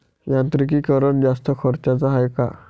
यांत्रिकीकरण जास्त खर्चाचं हाये का?